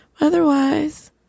Otherwise